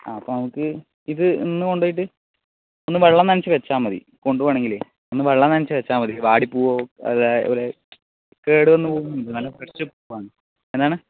ആ അപ്പോൾ നമുക്ക് ഇത് ഇന്ന് കൊണ്ടുപോയിട്ട് ഒന്ന് വെള്ളം നനച്ചു വച്ചാൽ മതി കൊണ്ടുപോവുകയാണെങ്കിലേ ഒന്ന് വെള്ളം നനച്ചു വച്ചാൽ മതി വാടിപ്പോവുകയോ കേടുവന്നു പോവുകയുമൊന്നുമില്ല നല്ല ഫ്രഷ് പൂവാണ്